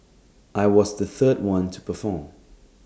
I was the third one to perform